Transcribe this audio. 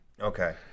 Okay